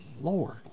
Lord